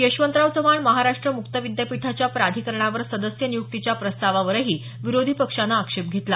यशवंतराव चव्हाण महाराष्ट्र मुक्त विद्यापीठाच्या प्राधिकरणावर सदस्य नियुक्तीच्या प्रस्तावावरही विरोधी पक्षानं आक्षेप घेतला